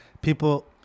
people